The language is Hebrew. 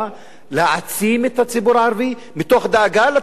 להעצים את הציבור הערבי,